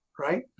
right